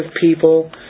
people